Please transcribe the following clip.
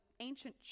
ancient